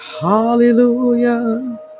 Hallelujah